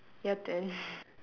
your turn